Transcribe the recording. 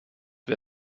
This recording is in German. wer